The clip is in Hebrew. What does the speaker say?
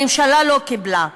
הממשלה לא קיבלה.